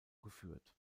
geführt